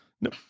No